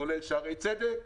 כולל שערי צדק,